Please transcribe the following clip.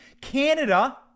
Canada